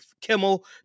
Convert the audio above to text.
Kimmel